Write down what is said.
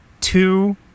Two